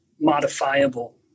modifiable